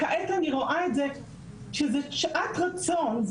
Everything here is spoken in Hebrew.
כעת אני רואה שזאת שעת רצון,